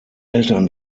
eltern